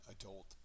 Adult